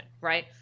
right